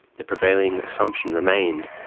the prevailing assumption remained,